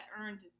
earned